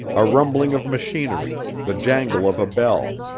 a rumbling of machinery, the jangle of a bell,